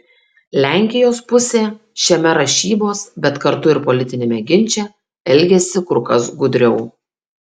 lenkijos pusė šiame rašybos bet kartu ir politiniame ginče elgiasi kur kas gudriau